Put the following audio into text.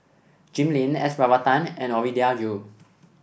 Jim Lim S Varathan and Ovidia Yu